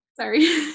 sorry